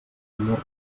primer